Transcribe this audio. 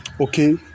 okay